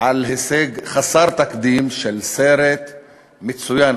על הישג חסר תקדים של סרט מצוין,